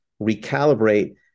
recalibrate